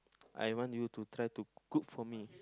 I want you to try to cook for me